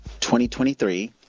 2023